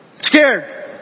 Scared